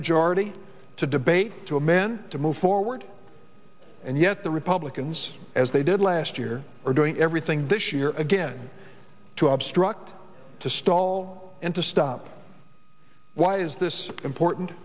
majority to debate to a man to move forward and yet the republicans as they did last year are doing everything this year again to obstruct to stall and to stop why is this important